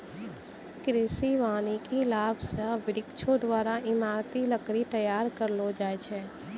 कृषि वानिकी लाभ से वृक्षो द्वारा ईमारती लकड़ी तैयार करलो जाय छै